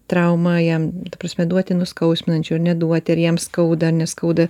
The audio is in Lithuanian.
trauma jam prasme duoti nuskausminančių ar neduoti ar jam skauda ar neskauda